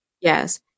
Yes